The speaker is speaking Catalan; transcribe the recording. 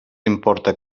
importa